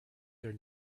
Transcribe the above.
their